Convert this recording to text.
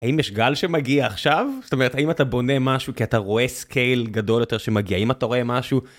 האם יש גל שמגיע עכשיו? זאת אומרת, האם אתה בונה משהו כי אתה רואה סקייל גדול יותר שמגיע? האם אתה רואה משהו?